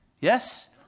Yes